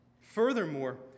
Furthermore